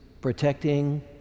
protecting